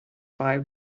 five